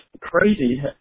crazy